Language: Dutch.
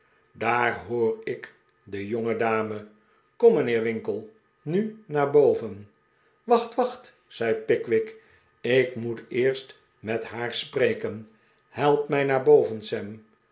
daar hoor ik de jongedame kom mijnheer winkle nu naar boven x wacht wacht zei pickwick ik moet eerst met haar spreken help mij naar boven